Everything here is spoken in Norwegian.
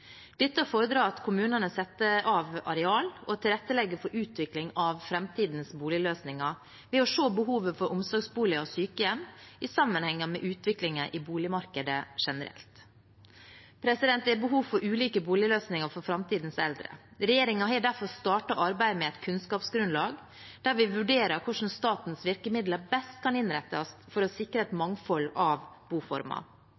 Dette fordrer at kommunene setter av areal og tilrettelegger for utvikling av framtidens boligløsninger ved å se behovet for omsorgsboliger og sykehjem i sammenheng med utviklingen i boligmarkedet generelt. Det er behov for ulike boligløsninger for framtidens eldre. Regjeringen har derfor startet arbeidet med et kunnskapsgrunnlag der vi vurderer hvordan statens virkemidler best kan innrettes for å sikre et